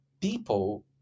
people